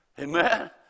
Amen